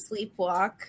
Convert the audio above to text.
sleepwalk